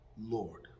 Lord